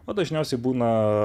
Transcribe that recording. o dažniausiai būna